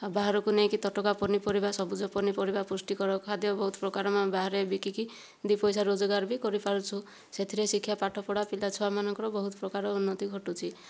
ଆଉ ବାହାରକୁ ନେଇକି ତଟକା ପନିପରିବା ସବୁଜ ପନିପରିବା ପୁଷ୍ଟିକର ଖାଦ୍ୟ ବହୁତ ପ୍ରକାର ଆମେ ବାହାରେ ବିକିକି ଦୁଇ ପଇସା ରୋଜଗାର ବି କରିପାରୁଛୁ ସେଥିରେ ଶିକ୍ଷା ପାଠପଢ଼ା ପିଲାଛୁଆମାନଙ୍କର ବହୁତ ପ୍ରକାର ଉନ୍ନତି ଘଟୁଛି